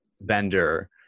vendor